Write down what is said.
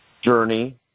journey